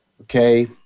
Okay